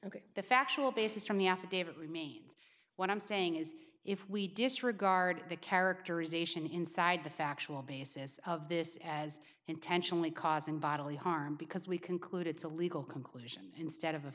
ok the factual basis from the affidavit remains what i'm saying is if we disregard the characterization inside the factual basis of this as intentionally causing bodily harm because we conclude it's a legal conclusion instead of a